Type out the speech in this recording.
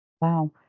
Wow